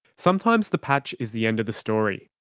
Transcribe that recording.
sometimes the patch is the end of the story,